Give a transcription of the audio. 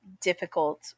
difficult